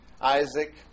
Isaac